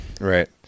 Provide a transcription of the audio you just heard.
Right